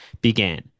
began